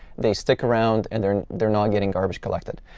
they stick around, and they're they're not getting garbage collected.